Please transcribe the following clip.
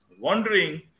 wondering